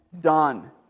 done